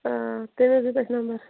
تٔمۍ حظ دیُت اَسہِ نَمبَر